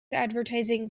advertising